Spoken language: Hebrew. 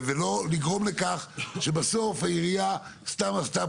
ולא לגרום לכך שבסוף העירייה סתם עשתה